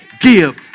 Give